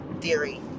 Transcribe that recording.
theory